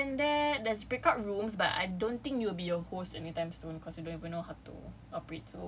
mm other than that there's breakout rooms but I don't think you'll be a host anytime soon cause you don't even know how to